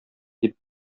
дип